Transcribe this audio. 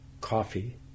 coffee